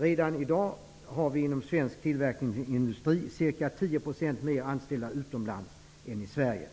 Redan i dag har vi inom svensk tillverkningsindustri ca 10 % fler anställda utomlands än i Sverige.